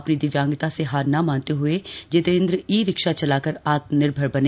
अपनी दिव्यंगता से हार न मानते हए जितंद्र ई रिक्शा चलाकर आत्मनिर्भर बने